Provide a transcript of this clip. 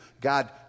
God